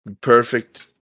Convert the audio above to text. Perfect